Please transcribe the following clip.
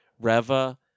Reva